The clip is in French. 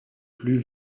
plus